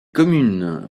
communes